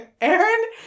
Aaron